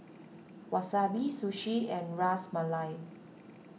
Wasabi Sushi and Ras Malai